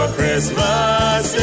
Christmas